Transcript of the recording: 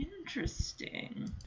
Interesting